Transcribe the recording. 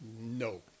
No